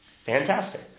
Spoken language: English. Fantastic